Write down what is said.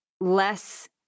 less